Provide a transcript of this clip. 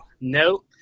no